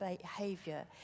behavior